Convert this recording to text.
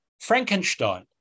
Frankenstein